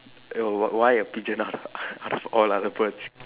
eh wh~ why a pigeon out of out of all other birds